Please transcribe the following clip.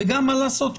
ומה לעשות,